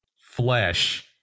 flesh